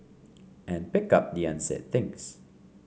and pick up the unsaid things